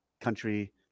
country